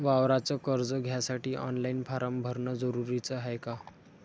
वावराच कर्ज घ्यासाठी ऑनलाईन फारम भरन जरुरीच हाय का?